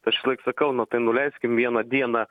tai aš visąlaik sakau na tai nuleiskim vieną dieną